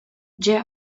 дьэ